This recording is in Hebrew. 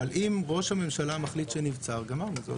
אבל אם ראש הממשלה מחליט שנבצר, גמרנו זה הודעה.